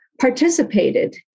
participated